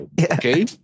okay